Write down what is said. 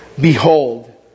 Behold